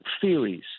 theories